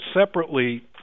separately